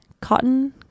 cotton